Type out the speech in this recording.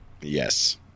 yes